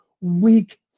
weak